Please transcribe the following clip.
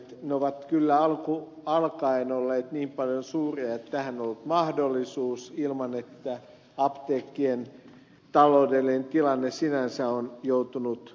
ne ovat kyllä alun alkaen olleet niin paljon suuria että tähän on ollut mahdollisuus ilman että apteekkien taloudellinen tilanne sinänsä on joutunut suureen vaaraan